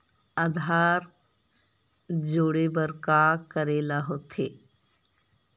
आधार जोड़े बर का करे ला होथे?